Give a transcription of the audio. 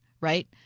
Right